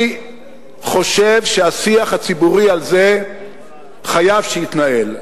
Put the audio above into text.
אני חושב שהשיח הציבורי על זה חייב להתנהל,